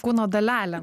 kūno dalelėm